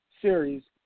series